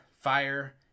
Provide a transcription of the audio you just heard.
fire